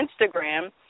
Instagram